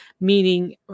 meaning